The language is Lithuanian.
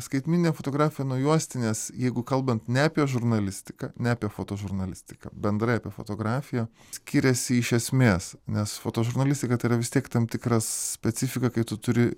skaitmeninė fotografija nuo juostinės jeigu kalbant ne apie žurnalistiką ne apie fotožurnalistiką bendrai apie fotografiją skiriasi iš esmės nes fotožurnalistika tai yra vis tiek tam tikra specifika kai tu turi